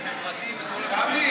ערכי וחברתי.